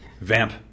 Vamp